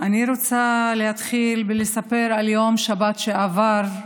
אני רוצה להתחיל ולספר על יום שבת שעבר,